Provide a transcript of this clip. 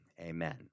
amen